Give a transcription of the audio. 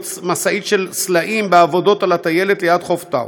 של סלעים בעבודות על הטיילת ליד חוף תאיו,